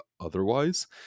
otherwise